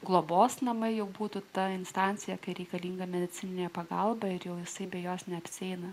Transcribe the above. globos namai jau būtų ta instancija kai reikalinga medicininė pagalba ir jau visai be jos neapsieina